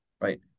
right